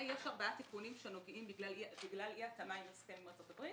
יש ארבעה תיקונים שנובעים בגלל אי התאמה עם ההסכם עם ארצות הברית.